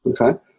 okay